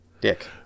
dick